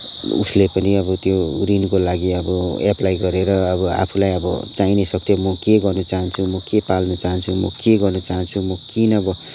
उसले पनि अब त्यो ऋणको लागि अब एप्पलाई गरेर अब आफूलाई अब चाहिने सब त्यो म के गर्न चाहन्छु म के पाल्न चाहन्छु म के गर्न चाहन्छु म किन अब